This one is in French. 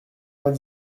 vingt